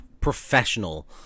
professional